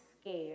scared